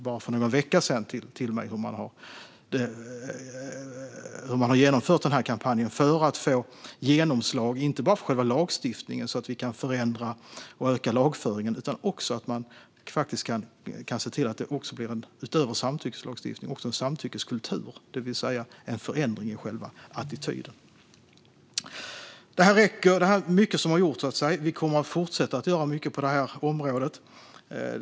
Bara för någon vecka sedan redovisade man till mig hur man har genomfört den här kampanjen för att få genomslag inte bara för själva lagstiftningen så att vi kan förändra och öka lagföringen utan också för att se till att det, utöver samtyckeslagstiftningen, blir en samtyckeskultur, det vill säga en förändring i själva attityden. Det är alltså mycket som har gjorts, och vi kommer att fortsätta att göra mycket på det här området.